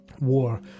War